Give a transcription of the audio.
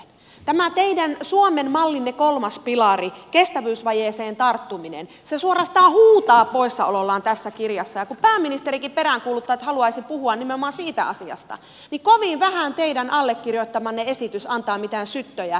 tämä teidän suomen mallinne kolmas pilari kestävyysvajeeseen tarttuminen suorastaan huutaa poissaolollaan tässä kirjassa ja kun pääministerikin peräänkuuluttaa että haluaisi puhua nimenomaan siitä asiasta niin kovin vähän teidän allekirjoittamanne esitys antaa mitään syttöjä siihen keskusteluun